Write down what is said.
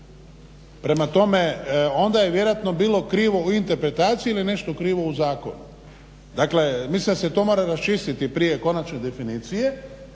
Prema tome, onda je vjerojatno bilo krivo u interpretaciji ili nešto krivo u zakonu. Dakle, mislim da se to mora raščistiti prije konačne definicije